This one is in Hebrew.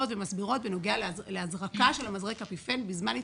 ומסבירות בנוגע להזרקה של מזרק אפיפן בזמן התפרצות.